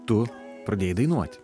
tu pradėjai dainuot